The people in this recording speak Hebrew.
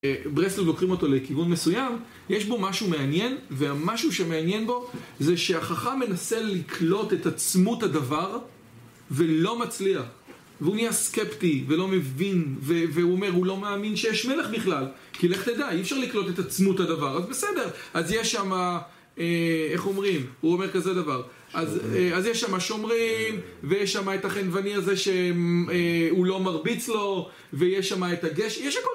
ברסלב לוקחים אותו לכיוון מסוים יש בו משהו מעניין והמשהו שמעניין בו זה שהחכם מנסה לקלוט את עצמות הדבר ולא מצליח והוא נהיה סקפטי ולא מבין והוא אומר, הוא לא מאמין שיש מלך בכלל כי לך תדע, אי אפשר לקלוט את עצמות הדבר אז בסדר, אז יש שם איך אומרים, הוא אומר כזה דבר אז יש שם השומרים ויש שם את החנווני הזה שהוא לא מרביץ לו ויש שם את הגשר, יש הכל